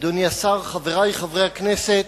הדובר הבא, חבר הכנסת